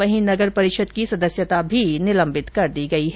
वहीं नगर परिषद की सदस्यता भी निलम्बित कर दी गई है